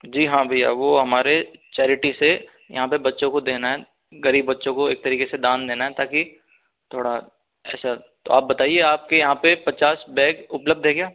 जी हाँ भैया वो हमारे चैरिटी से यहाँ पर बच्चों को देना है गरीब बच्चों को एक तरीके से दान देना है ताकि थोड़ा ऐसा तो आप बताइए आपके यहाँ पर पचास बैग उपलब्ध है क्या